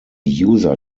user